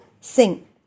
sing